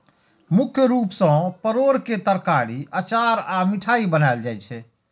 मुख्य रूप सं परोर के तरकारी, अचार आ मिठाइ बनायल जाइ छै